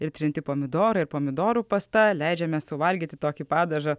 ir trinti pomidorai ir pomidorų pasta leidžiame suvalgyti tokį padažą